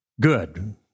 good